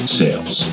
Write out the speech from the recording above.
sales